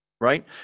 right